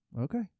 Okay